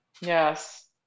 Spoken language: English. Yes